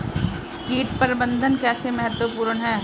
कीट प्रबंधन कैसे महत्वपूर्ण है?